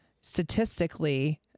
statistically